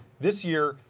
this year,